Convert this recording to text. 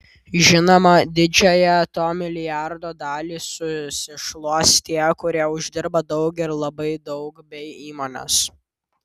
žinoma didžiąją to milijardo dalį susišluos tie kurie uždirba daug ir labai daug bei įmonės